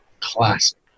Classic